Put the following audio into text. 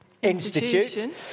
Institute